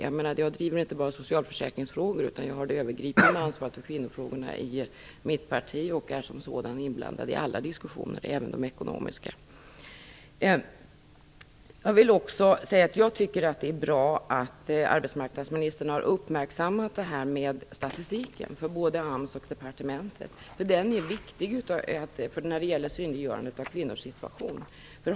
Jag driver inte bara socialförsäkringsfrågor, utan jag har det övergripande ansvaret för kvinnofrågorna i mitt parti och är i den egenskapen inblandad i alla diskussioner, även de ekonomiska. Jag vill också säga att jag tycker att det är bra att arbetsmarknadsministern har uppmärksammat det här med statistiken från både AMS och departementet. Den är viktig när det gäller synliggörandet av kvinnors situation.